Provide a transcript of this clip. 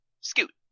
Scoot